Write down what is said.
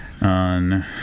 on